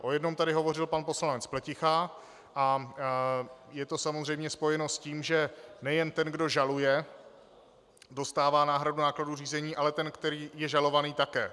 O jednom tady hovořil pan poslanec Pleticha a je to samozřejmě spojeno s tím, že nejen ten, kdo žaluje, dostává náhradu nákladů řízení, ale ten, který je žalovaný, také.